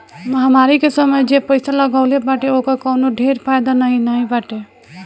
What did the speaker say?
महामारी के समय जे पईसा लगवले बाटे ओकर कवनो ढेर फायदा नाइ बाटे